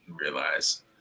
realize